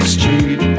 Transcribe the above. Street